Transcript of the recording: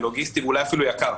לוגיסטי ואולי אפילו יקר.